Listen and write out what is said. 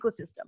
ecosystem